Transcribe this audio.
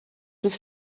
must